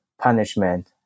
punishment